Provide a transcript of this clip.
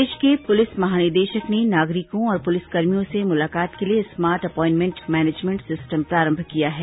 प्रदेश के पुलिस महानिदेशक ने नागरिकों और पुलिसकर्मियों से मुलाकात के लिए स्मार्ट अपाइंटमेंट मैनेजमेंट सिस्टम प्रारंभ किया है